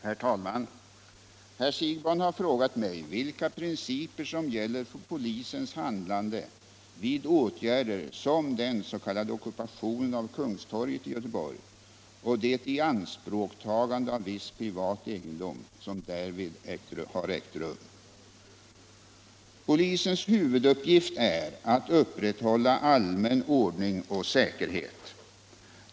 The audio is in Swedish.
Herr talman! Herr Siegbahn har frågat mig vilka principer som gäller för polisens handlande vid åtgärder som den s.k. ockupationen av Kungstorget i Göteborg och det ianspråktagande av viss privat egendom som därvid har ägt rum. Polisens huvuduppgift är att upprätthålla allmän ordning och säkerhet.